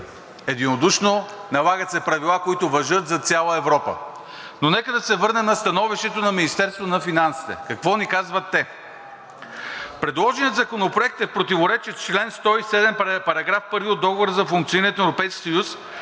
единодушно, налагат се правила, които важат за цяла Европа. Нека да се върна на становището на Министерството на финансите и какво ни казват те. Предложеният законопроект е в противоречие с чл. 107, § 1 от Договора за функционирането на Европейския съюз,